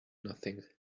nothing